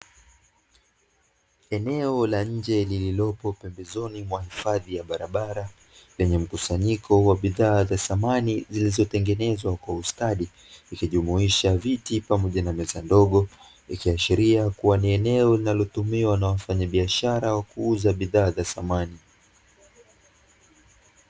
Eneo la nje lililopo pembezoni mwa hifadhi ya barabara lenye mkusanyiko wa bidhaa za samani zilizotengenezwa kwa ustadi, likijumuisha viti pamoja na meza ndogo ikiashiria kuwa ni eneo linalotumiwa na wafanyabiashara wa kuuza bidhaa za thamani.